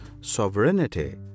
Sovereignty